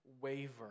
waver